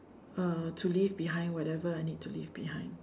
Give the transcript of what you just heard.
uh to leave behind whatever I need to leave behind